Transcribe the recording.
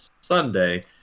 Sunday